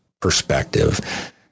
perspective